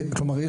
כלומר,